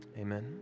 Amen